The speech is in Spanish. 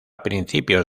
principios